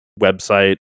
website